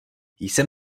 jsem